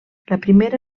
primera